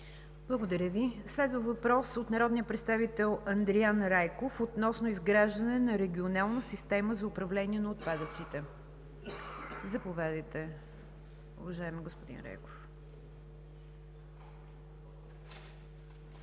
Благодаря Ви. Следва въпрос от народния представител Андриан Райков относно изграждане на регионална система за управление на отпадъците. Заповядайте, уважаеми господин Райков. АНДРИАН